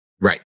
Right